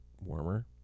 warmer